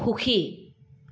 সুখী